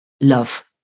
love